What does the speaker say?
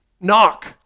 knock